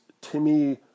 Timmy